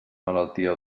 malaltia